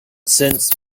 since